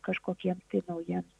kažkokiem tai naujiems